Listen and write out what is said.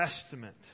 Testament